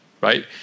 right